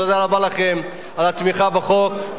תודה רבה לכם על התמיכה בחוק.